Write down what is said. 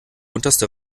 unterste